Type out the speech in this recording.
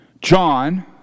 John